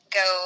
go